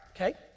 Okay